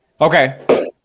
Okay